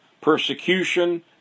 persecution